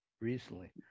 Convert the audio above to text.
recently